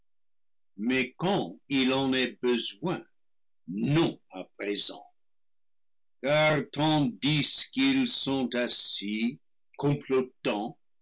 mais quand il en est besoin non à présent car tandis qu'ils sont assis complotant